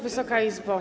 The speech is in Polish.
Wysoka Izbo!